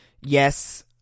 yes